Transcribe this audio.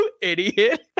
Idiot